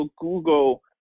Google